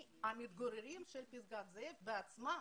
וחזרו אלינו עם תשובה שיש להם נכונות לשבת לשיחה עם בעלי המלון,